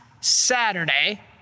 Saturday